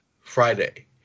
Friday